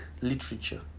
literature